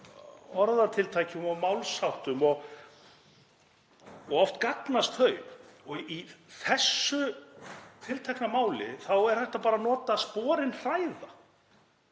orðatiltækjum og málsháttum og oft gagnast þau. Í þessu tiltekna máli þá er hægt að nota sporin hræða.